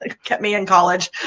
ah kept me in college.